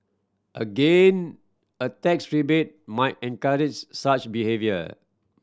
again a tax rebate might encourage such behaviour